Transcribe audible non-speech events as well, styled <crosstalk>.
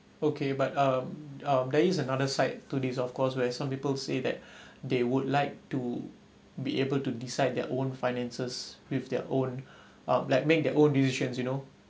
okay but um there is another side to this of course where some people say that <breath> they would like to be able to decide their own finances with their own <breath> uh like make their own decisions you know